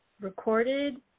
recorded